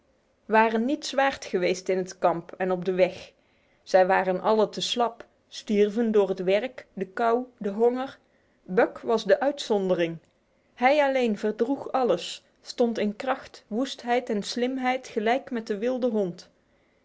waren niets waard geweest in het kamp en op de weg zij waren alle te slap stierven door het werk de kou de honger buck was de uitzondering hij alleen verdroeg alles stond in kracht woestheid en slimheid gelijk met de wilde hond